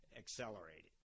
accelerated